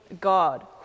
God